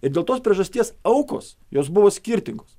ir dėl tos priežasties aukos jos buvo skirtingos